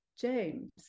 James